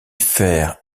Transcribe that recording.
faire